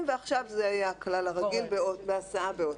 ועכשיו זה יהיה הכלל הרגיל בהסעה באוטובוס.